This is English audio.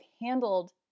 handled